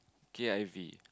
k_i_v